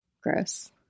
gross